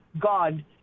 God